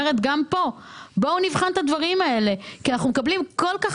בואו נבחן את הדברים את הדברים האלה כי אנחנו מקבלים כל כך